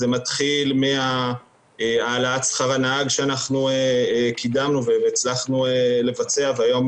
זה מתחיל מהעלאת שכר הנהג שאנחנו קידמנו והצלחנו לבצע והיום